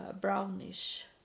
brownish